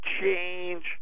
change